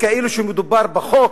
כאילו שמדובר בחוק,